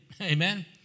Amen